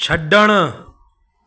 छड॒णु